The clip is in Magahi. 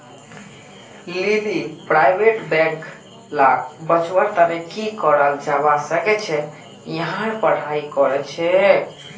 लीली प्राइवेट बैंक लाक बचव्वार तने की कराल जाबा सखछेक यहार पढ़ाई करछेक